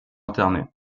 internet